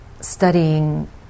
studying